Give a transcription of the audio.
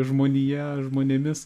žmonija žmonėmis